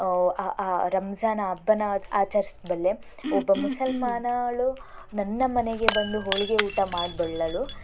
ಆ ಆ ರಂಜಾನ್ ಹಬ್ಬನ ಆಚರಿಸಬಲ್ಲೆ ಒಬ್ಬ ಮುಸಲ್ಮಾನಳು ನನ್ನ ಮನೆಗೆ ಬಂದು ಹೋಳಿಗೆ ಊಟ ಮಾಡಬಲ್ಲಳು